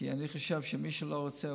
כי אני חושב שמי שלא רוצה,